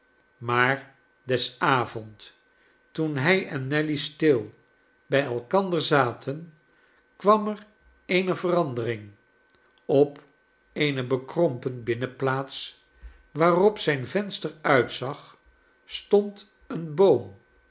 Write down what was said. maar des avond toen hij en nelly stil bij elkander zaten kwam er eene verandering op eene bekrompen binnenplaats waarop zijn venster uitzag stond een boom